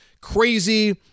crazy